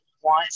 one